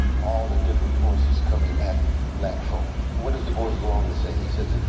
all the different forces coming at black folk. and what does du bois go on to say? he says,